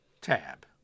tab